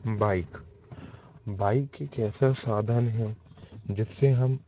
bike bike एक ऐसा साधन है जिससे हम